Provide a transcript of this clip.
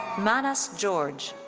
manas george.